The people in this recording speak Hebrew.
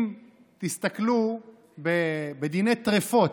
אם תסתכלו בדיני טרפות,